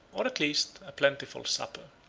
or at least, a plentiful supper.